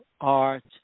art